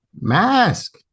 mask